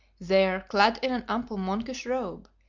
there, clad in an ample, monkish robe,